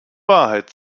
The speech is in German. wahrheit